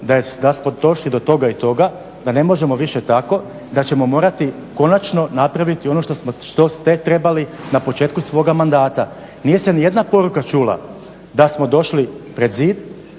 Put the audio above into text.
da smo došli do toga i toga, da ne možemo više tako, da ćemo morati konačno napraviti ono što ste trebali na početku svoga mandata. Nije se ni jedna poruka čula da smo došli pred zid,